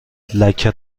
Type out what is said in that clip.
لکه